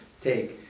take